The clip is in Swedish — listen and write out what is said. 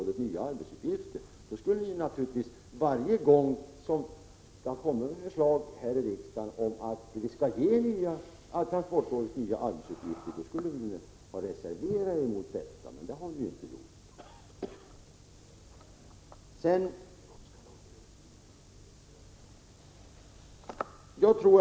Det vore då naturligt att ni varje gång det kommer förslag här i riksdagen om att vi skall ge transportrådet nya uppgifter reserverade er. Men det har ni inte gjort.